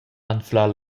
anflar